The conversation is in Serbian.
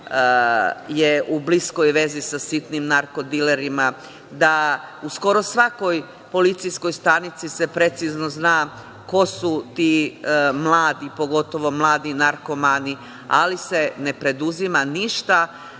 je u vezi sa sitnim narko dilerima, da u skoro svakoj policijskoj stanici se precizno zna ko su ti mladi, pogotovo mladi narkomani, ali se ne preduzima ništa